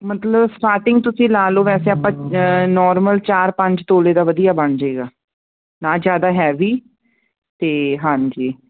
ਮਤਲਬ ਸਟਾਰਟਿੰਗ ਤੁਸੀਂ ਲਾ ਲਓ ਵੈਸੇ ਆਪਾਂ ਨੋਰਮਲ ਚਾਰ ਪੰਜ ਤੋਲੇ ਦਾ ਵਧੀਆ ਬਣ ਜੇਗਾ ਨਾ ਜਿਆਦਾ ਹੈਵੀ ਤੇ ਹਾਂਜੀ